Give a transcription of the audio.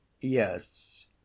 Yes